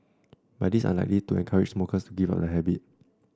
but this is unlikely to encourage smokers to give up the habit